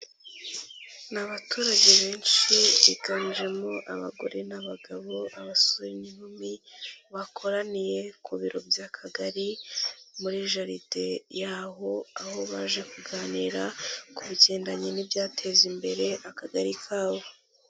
Ni abaturage benshi biganjemo abagore n'abagabo, abasore n'inkumi bakoraniye ku biro by'Akagari muri jaride y'aho aho baje kuganira ku bugendanye nibyateza imbere Akagari kabo.